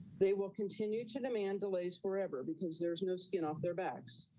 they will continue to demand delays forever because there's no skin off their backs,